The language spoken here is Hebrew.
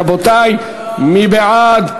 רבותי, מי בעד?